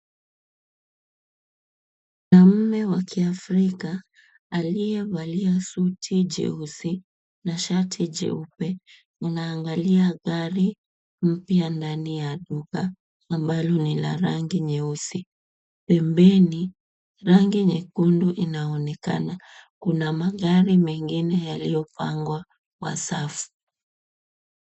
Mwanamme wa kiafrika aliyevalia suti jeusi na shati jeupe, anaangalia gari mpya ndani ya duka ambalo ni la rangi nyeusi. Pembeni rangi nyekundu inaonekana. Kuna magari mengine yaliyopangwa kwa safu.